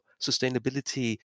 sustainability